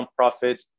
nonprofits